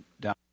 down